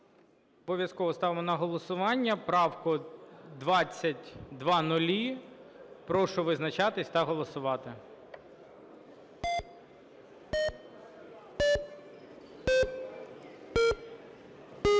Обов'язково ставимо на голосування правку 2000. Прошу визначатись та голосувати. 11:56:51